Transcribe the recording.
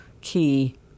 key